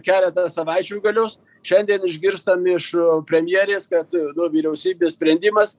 keletą savaičių galios šiandien išgirstam iš premjerės kad vyriausybės sprendimas